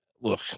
look